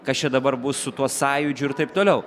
kas čia dabar bus su tuo sąjūdžiu ir taip toliau